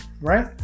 right